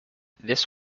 this